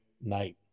night